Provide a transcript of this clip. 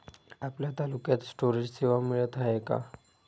आपल्या तालुक्यात स्टोरेज सेवा मिळत हाये का?